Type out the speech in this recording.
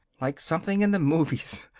like something in the movies.